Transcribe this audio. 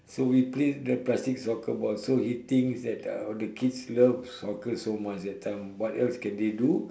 so we play the plastic soccer ball so he thinks that uh the kids loves soccer so much that time what else can they do